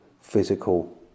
physical